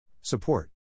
Support